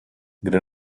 kde